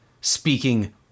speaking